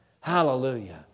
Hallelujah